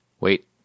wait